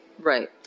right